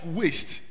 waste